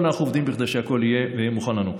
אנחנו עובדים כדי שהכול יהיה מוכן לנו.